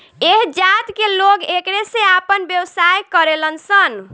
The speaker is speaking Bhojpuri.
ऐह जात के लोग एकरे से आपन व्यवसाय करेलन सन